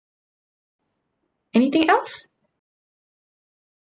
anything else